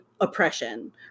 oppression